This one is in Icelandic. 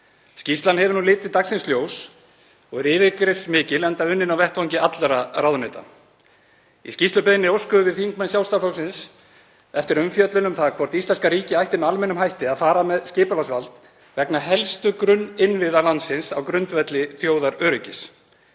Skýrslan hefur nú litið dagsins ljós og er yfirgripsmikil, enda unnin á vettvangi allra ráðuneyta. Í skýrslubeiðninni óskuðum við þingmenn Sjálfstæðisflokksins eftir umfjöllun um það hvort íslenska ríkið ætti með almennum hætti að fara með skipulagsvald vegna helstu grunninnviða landsins á grundvelli þjóðaröryggis.